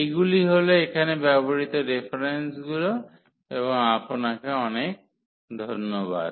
এইগুলি হল এখানে ব্যবহৃত রেফারেন্সগুলি এবং আপনাকে অনেক ধন্যবাদ